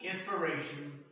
inspiration